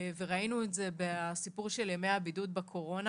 ראינו את זה בסיפור של ימי הבידוד בקרונה